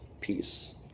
peace